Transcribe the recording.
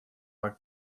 like